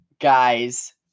guys